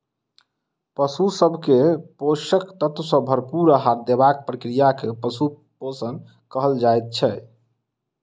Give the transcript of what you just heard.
पशु सभ के पोषक तत्व सॅ भरपूर आहार देबाक प्रक्रिया के पशु पोषण कहल जाइत छै